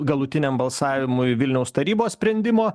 galutiniam balsavimui vilniaus tarybos sprendimo